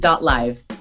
Live